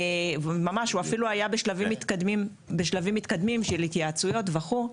הוא אפילו היה בשלבים מתקדמים של התייעצויות וכולי.